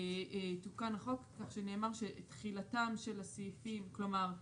תוקן החוק, כך שנאמר שתחילתם של הסעיפים, כלומר,